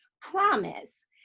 Promise